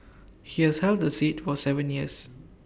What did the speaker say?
he has held the seat for Seven years